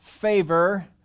favor